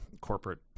corporate